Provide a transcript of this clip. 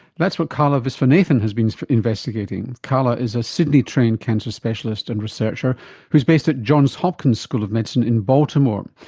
that's what kala visvanathan has been investigating. kala is a sydney trained cancer specialist and researcher based at johns hopkins school of medicine in baltimore.